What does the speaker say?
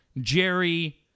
Jerry